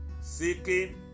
Seeking